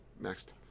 Next